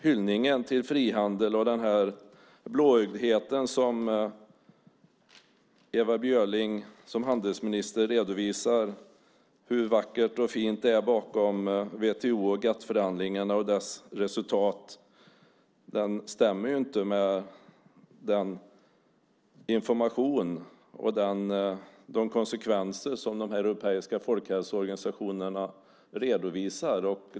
Hyllningen till frihandeln, den blåögdheten som Ewa Björling visar som handelsminister och beskrivningen av hur vackert och fint det är bakom WTO och GATS-förhandlingarna och deras resultat stämmer inte med den information och de konsekvenser som de europeiska folkhälsoorganisationerna redovisar.